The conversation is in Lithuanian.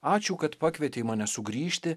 ačiū kad pakvietei mane sugrįžti